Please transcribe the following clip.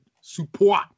support